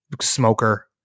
smoker